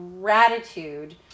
gratitude